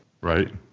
Right